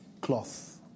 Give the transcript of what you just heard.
cloth